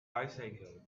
bicycles